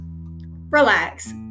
Relax